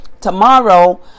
tomorrow